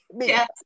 Yes